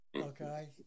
Okay